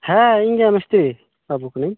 ᱦᱮᱸ ᱤᱧᱜᱮ ᱢᱤᱥᱛᱤ ᱵᱟᱹᱵᱩ ᱠᱟᱹᱱᱟᱹᱧ